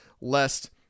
lest